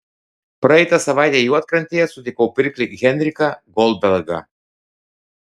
praeitą savaitę juodkrantėje sutikau pirklį henriką goldbergą